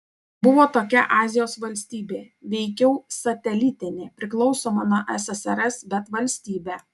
buvo tokia azijos valstybė veikiau satelitinė priklausoma nuo ssrs bet valstybė